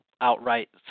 outright